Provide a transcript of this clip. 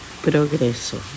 Progreso